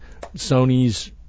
Sony's